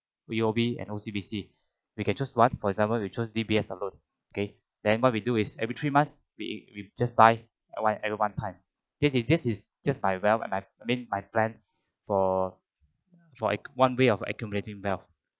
U_O_B and O_C_B_C we can choose one for example we choose D_B_S alone okay then what we do is every three months we've we just buy one every one time this is this is just by wealth I've I mean my plan for like one way of accumulating wealth